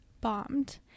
bombed